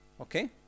Okay